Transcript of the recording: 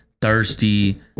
thirsty